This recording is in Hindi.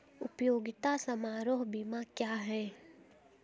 उपयोगिता समारोह बीमा क्या है?